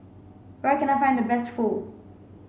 where can I find the best Pho